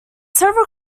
several